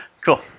Cool